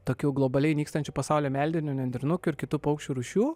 tokių globaliai nykstančių pasaulio meldinių nendrinukių ir kitų paukščių rūšių